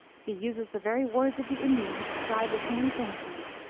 he uses the very words of the indian who described the same thing to me.